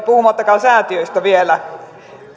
puhumattakaan säätiöistä vielä